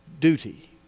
duty